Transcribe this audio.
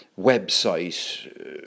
website